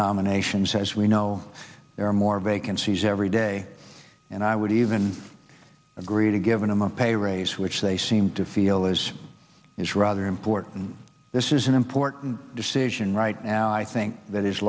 nominations as we know there are more vacancies every day and i would even agree to give him a pay raise which they seem to feel is is rather important this is an important decision right now i think that is